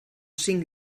cinc